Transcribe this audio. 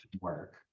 work